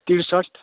त्रिसट्ठी